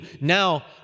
Now